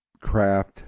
craft